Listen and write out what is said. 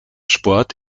sport